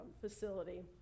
facility